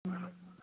ହଁ